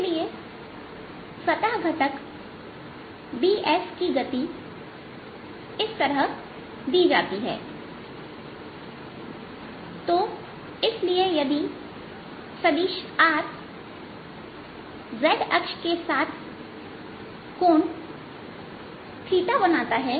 इसलिए सतह घटक ds की गति इस तरह दी जाती है तो इसलिए यदि सदिश r z अक्ष के साथ अगला कोण है